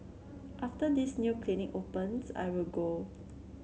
after this new clinic opens I will go